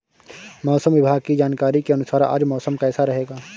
मौसम विभाग की जानकारी के अनुसार आज मौसम कैसा रहेगा?